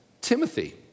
Timothy